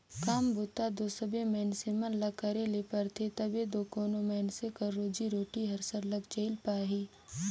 काम बूता दो सबे मइनसे मन ल करे ले परथे तबे दो कोनो मइनसे कर रोजी रोटी हर सरलग चइल पाही